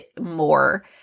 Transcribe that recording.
more